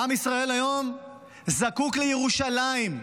עם ישראל היום זקוק לירושלים.